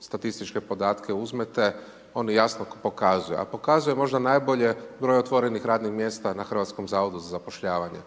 statističke podatke uzmete, oni jasno pokazuju, a pokazuju možda najbolje broj otvorenih radnih mjesta na Hrvatskom zavodu za zapošljavanje.